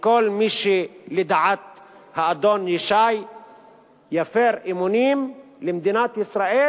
שכל מי שלדעת האדון ישי יפר אמונים למדינת ישראל,